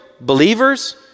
believers